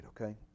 okay